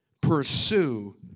Pursue